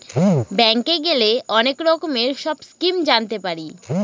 ব্যাঙ্কে গেলে অনেক রকমের সব স্কিম জানতে পারি